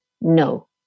no